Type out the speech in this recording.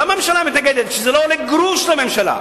למה הממשלה מתנגדת כשזה לא עולה גרוש לממשלה?